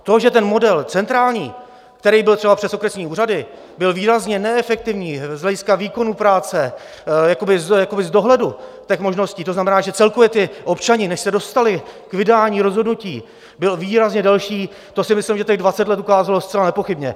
To, že ten model centrální, který byl třeba přes okresní úřady, byl výrazně neefektivní z hlediska výkonu práce, jakoby z dohledu těch možností, to znamená, že celkově ti občané, než se dostali k vydání rozhodnutí, byl výrazně delší, to si myslím, že těch dvacet let ukázalo zcela nepochybně.